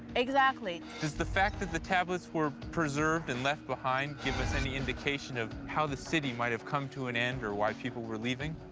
exactly. does the fact that the tablets were preserved and left behind give us any indication of how the city might have come to an end or why people were leaving?